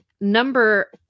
number